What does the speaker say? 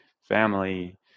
family